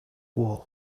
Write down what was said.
wall